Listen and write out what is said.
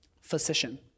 Physician